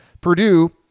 Purdue